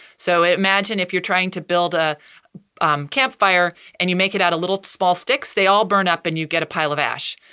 so imagine if you're trying to build a um campfire campfire and you make it out a little small sticks, they all burn up and you get a pile of ash.